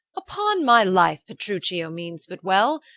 upon my life, petruchio means but well,